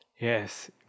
Yes